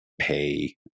pay